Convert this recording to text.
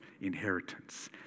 inheritance